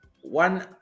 one